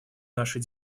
нашей